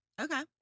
okay